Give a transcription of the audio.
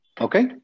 Okay